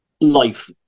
life